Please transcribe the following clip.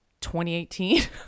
2018